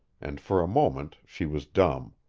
and for a moment she was dumb.